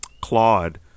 Claude